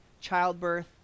childbirth